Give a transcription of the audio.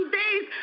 days